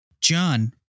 John